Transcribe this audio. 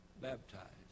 baptized